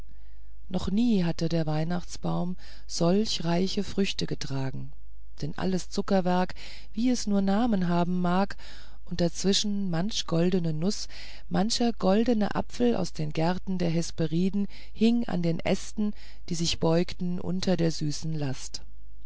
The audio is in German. noch nie hatte der weihnachtsbaum solche reiche früchte getragen denn alles zuckerwerk wie es nur namen haben mag und dazwischen manche goldne nuß mancher goldne apfel aus den gärten der hesperiden hing an den ästen die sich beugten unter der süßen last